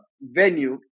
venue